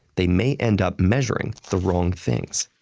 they may end up measuring the wrong things.